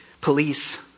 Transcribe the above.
Police